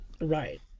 Right